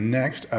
next